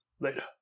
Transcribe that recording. Later